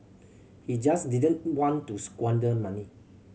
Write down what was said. he just didn't want to squander money